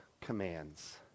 commands